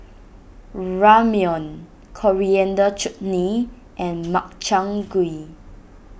Ramyeon Coriander Chutney and Makchang Gui